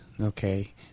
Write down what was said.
Okay